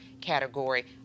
category